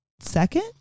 second